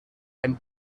and